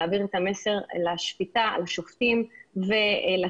להעביר את המסר לשפיטה על שופטים ולתביעה,